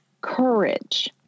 Courage